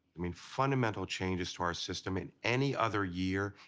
i mean, fundamental changes to our system in any other year,